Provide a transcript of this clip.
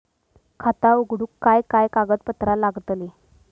खाता उघडूक काय काय कागदपत्रा लागतली?